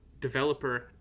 developer